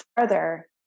further